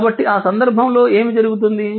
కాబట్టి ఆ సందర్భంలో ఏమి జరుగుతుంది